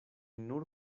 nur